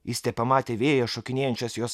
jis tepamatė vėjyje šokinėjančias jos